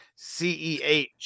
CEH